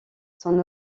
son